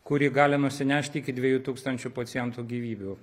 kuri gali nusinešti iki dvejų tūkstančių pacientų gyvybių